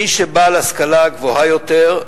מי שבעל השכלה גבוהה יותר,